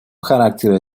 характера